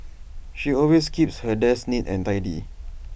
she always keeps her desk neat and tidy